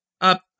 up